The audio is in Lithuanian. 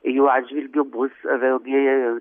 jų atžvilgiu bus vėlgi